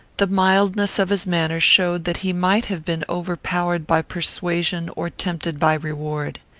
the mildness of his manner showed that he might have been overpowered by persuasion or tempted by reward.